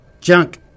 junk